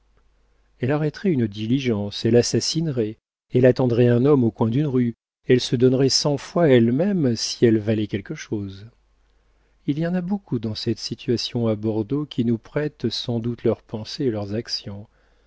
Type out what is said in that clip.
elle arrêterait une diligence elle assassinerait elle attendrait un homme au coin d'une rue elle se donnerait cent fois elle même si elle valait quelque chose il y en a beaucoup dans cette situation à bordeaux qui nous prêtent sans doute leurs pensées et leurs actions